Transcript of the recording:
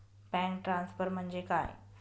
Bank transfer म्हणजे काय?